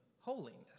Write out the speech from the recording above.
holiness